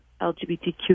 LGBTQ